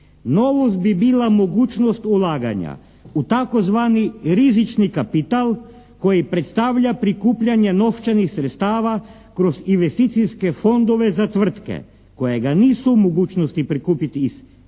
"Novost bi bila mogućnost ulaganja u tzv. rizični kapital koji predstavlja prikupljanje novčanih sredstava kroz investicijske fondove za tvrtke koje ga nisu u mogućnosti prikupiti iz